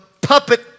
puppet